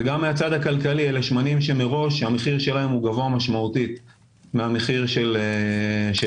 גם מהצד הכלכלי אלו שמנים שמראש מחירם גבוה משמעותית ממחיר הסולר.